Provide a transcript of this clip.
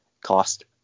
cost